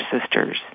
sisters